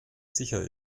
sicher